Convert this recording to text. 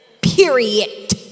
Period